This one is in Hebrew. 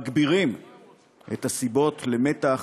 מגבירים את הסיבות למתח,